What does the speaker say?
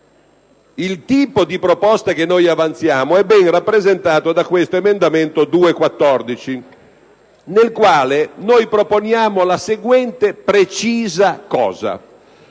Il tipo di proposte che avanziamo è ben rappresentato da questo emendamento 2.14, nel quale avanziamo la seguente precisa